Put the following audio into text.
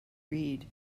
read